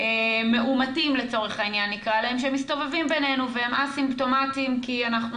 מאומתים לצורך העניין שהם מסתובבים בינינו והם א-סימפטומטיים כי אנחנו,